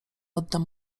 oddam